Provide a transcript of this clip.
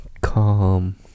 Calm